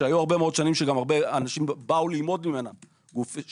שאף הגיעו אנשים ללמוד ממנה במהלך השנים,